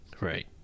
Right